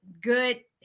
good